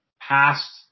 past